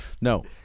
No